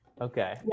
Okay